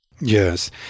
Yes